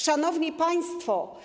Szanowni Państwo!